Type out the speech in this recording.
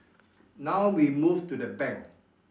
now we move to the bank